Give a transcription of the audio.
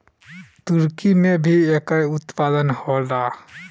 तुर्की में भी एकर उत्पादन होला